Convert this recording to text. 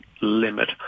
limit